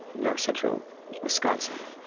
north central wisconsin.